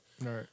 Right